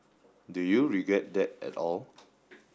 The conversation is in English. do you regret that at all